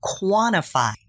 quantify